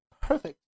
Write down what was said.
Perfect